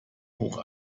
hoch